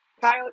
Kyle